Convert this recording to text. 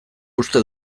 uste